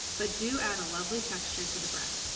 but do add a lovely texture to the bread.